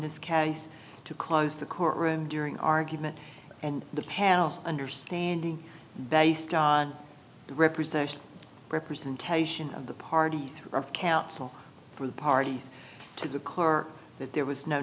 this case to close the courtroom during an argument and the panel's understanding based on the representation representation of the parties of counsel for the parties to the core that there was no